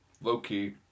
low-key